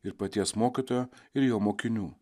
ir paties mokytojo ir jo mokinių